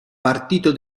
partito